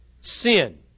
sin